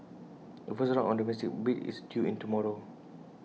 the first round of domestic bids is due in tomorrow